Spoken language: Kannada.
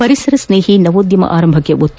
ಪರಿಸರಸ್ನೇಹಿ ನವೋದ್ಯಮಗಳ ಆರಂಭಕ್ಕೆ ಒತ್ತು